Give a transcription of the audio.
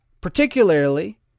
Particularly